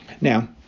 now